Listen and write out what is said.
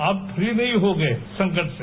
आप फ्री नहीं हो गए संकट से